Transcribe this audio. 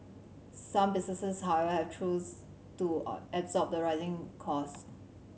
some businesses however have choose to absorb the rising cost